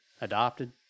adopted